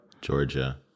Georgia